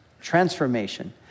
transformation